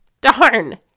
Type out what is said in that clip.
Darn